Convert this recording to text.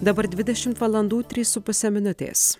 dabar dvidešimt valandų trys su puse minutės